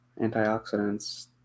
Antioxidants